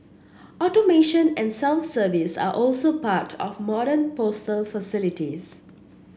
automation and self service are also part of modern postal facilities